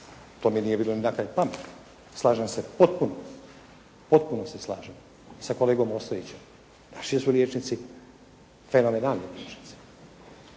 to mi nije bilo ni na kraju pameti. Slažem se potpuno, potpuno se slažem sa kolegom Ostojićem. Naši su liječnici fenomenalni liječnici.